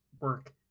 work